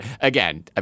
again